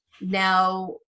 now